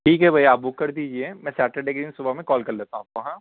ٹھیک ہے بھائی آپ بُک کر دیجیے میں سیٹرڈے کے دِن صبح میں کال کر لیتا ہوں آپ کو ہاں